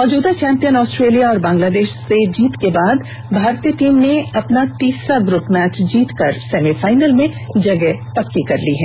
मौजूदा champion Australia और बांग्लादेश से जीत के बाद भारतीय टीम ने अपना तीसरा ग्रुप मैच जीतकर सेमीफाइनल में जगह पक्की कर ली है